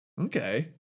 okay